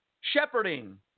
shepherding